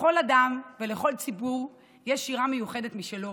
לכל אדם ולכל ציבור יש שירה מיוחדת משלו.